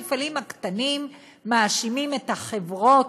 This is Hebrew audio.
המפעלים הקטנים מאשימים את החברות,